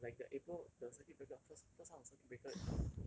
no but like the april the circuit breaker first first half of circuit breaker